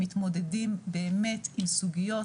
מהתמודדות באמת עם סוגיות